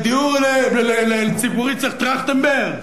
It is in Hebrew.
לדיור ציבורי צריך טרכטנברג?